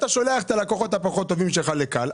אתה שולח את הלקוחות הפחות טובים שלך ל-כאל,